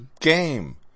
game